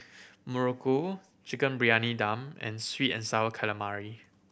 Muruku Chicken Briyani Dum and sweet and Sour Calamari